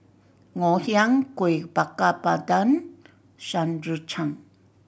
Ngoh Hiang Kuih Bakar Pandan Shan Rui Tang